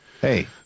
Hey